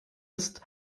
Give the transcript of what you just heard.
ist